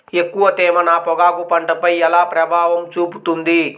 ఎక్కువ తేమ నా పొగాకు పంటపై ఎలా ప్రభావం చూపుతుంది?